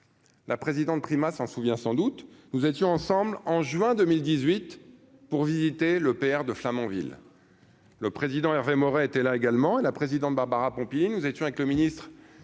la présidente Prima s'en souvient sans doute nous étions ensemble en juin 2018 pour visiter l'EPR de Flamanville, le président Hervé Morin était là également la présidente Barbara Pompili nous étions avec le ministre,